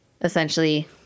essentially